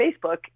Facebook